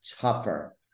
tougher